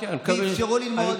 ואפשרו ללמוד,